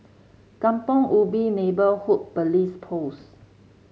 Kampong Ubi Neighbourhood Police Post